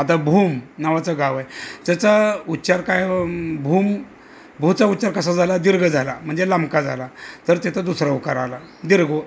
आता भूम नावाचं गाव आहे त्याचा उच्चार काय भूम भूचा उच्चार कसा झाला दीर्घ झाला म्हणजे लांबका झाला तर तिथं दुसरा उकार आला दीर्घ उ दीर्घ उकार आला